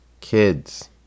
kids